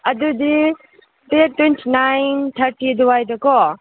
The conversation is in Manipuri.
ꯑꯗꯨꯗꯤ ꯗꯦꯠ ꯇ꯭ꯋꯦꯟꯇꯤ ꯅꯥꯏꯟ ꯊꯥꯔꯇꯤ ꯑꯗ꯭ꯋꯥꯏꯗꯀꯣ